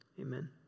Amen